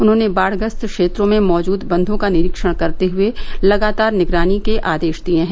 उन्होंने बाढ़ग्रस्त क्षेत्रों में मौजूद बंधों का निरीक्षण करते हुए लगातार निगरानी के आदेश दिये हैं